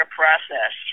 process